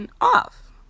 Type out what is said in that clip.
off